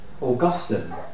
Augustine